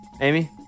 Amy